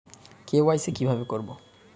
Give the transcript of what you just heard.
KYC কিভাবে করব?